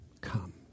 come